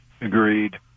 Agreed